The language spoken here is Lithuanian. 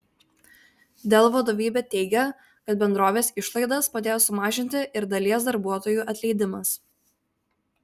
dell vadovybė teigia kad bendrovės išlaidas padėjo sumažinti ir dalies darbuotojų atleidimas